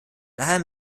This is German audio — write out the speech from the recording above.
daher